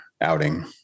outing